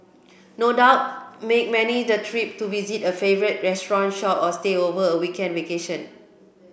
no doubt make many the trip to visit a favourite restaurant shop or stay over a weekend vacation